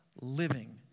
living